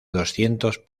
doscientos